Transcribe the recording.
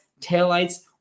taillights